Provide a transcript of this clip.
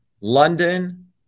London